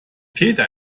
peter